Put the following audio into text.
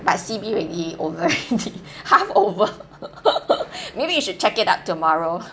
but C_B already over ready half over maybe you should check it out tomorrow